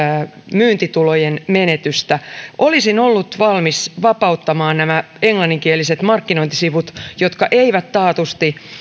myyntitulojen menetystä olisin ollut valmis vapauttamaan nämä englanninkieliset markkinointisivut jotka eivät taatusti